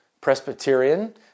Presbyterian